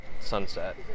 sunset